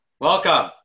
Welcome